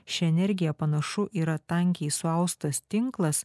ši energija panašu yra tankiai suaustas tinklas